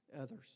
others